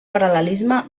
paral·lelisme